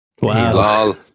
Wow